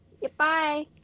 Goodbye